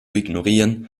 ignorieren